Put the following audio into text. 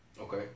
okay